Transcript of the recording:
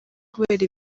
kubera